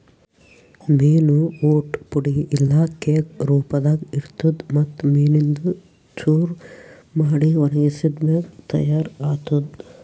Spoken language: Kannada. ಮೀನು ಊಟ್ ಪುಡಿ ಇಲ್ಲಾ ಕೇಕ್ ರೂಪದಾಗ್ ಇರ್ತುದ್ ಮತ್ತ್ ಮೀನಿಂದು ಚೂರ ಮಾಡಿ ಒಣಗಿಸಿದ್ ಮ್ಯಾಗ ತೈಯಾರ್ ಆತ್ತುದ್